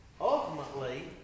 ultimately